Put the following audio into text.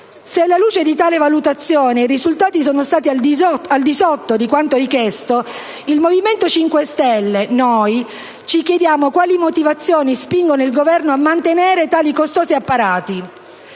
Se alla luce di tale valutazione i risultati sono stati al di sotto di quanto richiesto, noi del Movimento 5 Stelle ci chiediamo quali motivazioni spingono il Governo a mantenere tali costosi apparati.